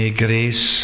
grace